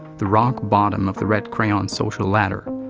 the rock-bottom of the red crayon's social ladder.